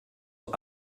are